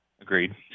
Agreed